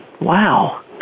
Wow